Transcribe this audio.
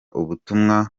ubutumwa